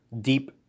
deep